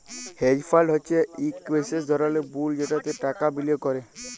hedge fund হছে ইক বিশেষ ধরলের পুল যেটতে টাকা বিলিয়গ ক্যরে